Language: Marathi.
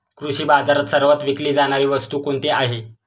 कृषी बाजारात सर्वात विकली जाणारी वस्तू कोणती आहे?